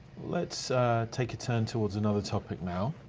let's take a turn towards another topic now.